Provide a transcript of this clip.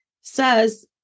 says